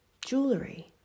jewelry